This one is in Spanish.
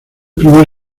primer